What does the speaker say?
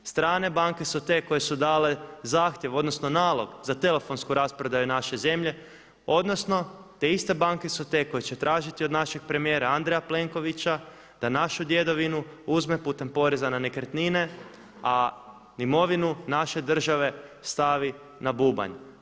Strane banke su te koje su dale zahtjev odnosno nalog za telefonsku rasprodaju naše zemlje odnosno te iste banke su te koje će tražiti od našega premijera Andreja Plenkovića da našu djedovinu uzme putem poreza na nekretnine, a imovinu naše države stavi na bubanj.